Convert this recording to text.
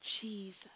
Jesus